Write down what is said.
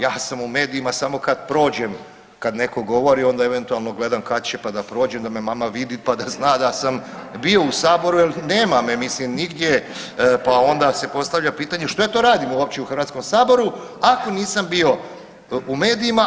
Ja sam u medijima samo kad prođem kad neko govori onda eventualno gledam kad će pa da prođem da me mama vidi pa da zna da sam bio Saboru jel nema me mislim nigdje pa onda se postavlja pitanja što ja to radim uopće u HS-u ako nisam bio u medijima.